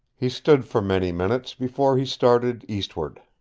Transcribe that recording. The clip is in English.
he stood for many minutes before he started east-ward.